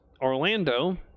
Orlando